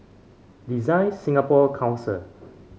Design Singapore Council